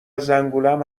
زنگولم